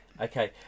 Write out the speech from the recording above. Okay